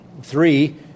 Three